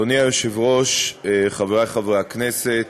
אדוני היושב-ראש, חברי חברי הכנסת,